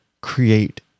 create